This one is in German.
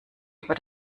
über